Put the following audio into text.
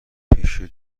پیش